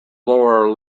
lower